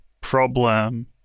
problem